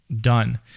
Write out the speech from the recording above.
done